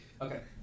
Okay